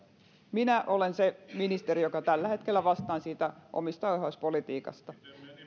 minä olen se ministeri joka tällä hetkellä vastaan siitä omistajaohjauspolitiikasta